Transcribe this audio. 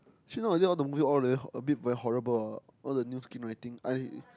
actually nowaday all the movie all very a bit very horrible ah all the new screenwriting I